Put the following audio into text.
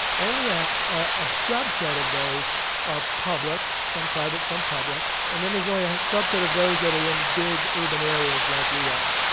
only ah a subset of those are public, some private, some public, and then there's only ah a subset of those that are in big urban areas like we are.